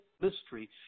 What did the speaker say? mystery